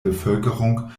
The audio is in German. bevölkerung